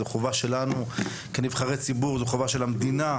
זו חובה שלנו, כנבחרי ציבור וזו חובה של המדינה,